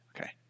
Okay